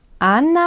Anna